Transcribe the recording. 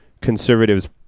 conservatives